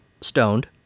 stoned